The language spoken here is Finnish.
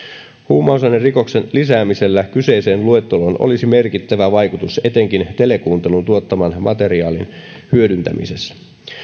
huumausainerikoksen lisäämisellä kyseiseen luetteloon olisi merkittävä vaikutus etenkin telekuuntelun tuottaman materiaalin hyödyntämisessä